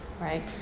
right